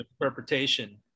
interpretation